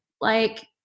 Like-